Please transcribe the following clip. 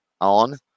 on